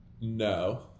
no